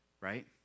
right